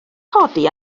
codi